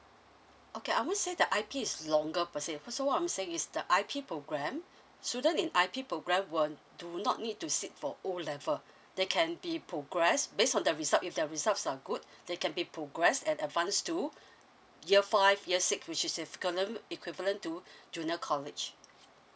okay I won't say that I_P is longer per se first so I'm saying is the I_P program student in I_P program were do not need to sit for O level they can be progressed based on the result if their results are good they can be progressed and advanced to year five year six which is equilen~ equivalent to junior college